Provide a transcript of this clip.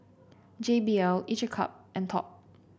J B L each a cup and Top